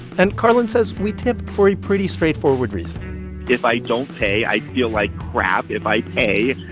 and karlan says we tip for a pretty straightforward reason if i don't pay, i feel like crap. if i pay,